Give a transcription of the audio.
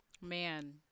Man